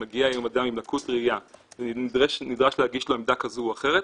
אם מגיע היום אדם עם לקות ראייה ונדרש להנגיש לו עמדה כזו או אחרת,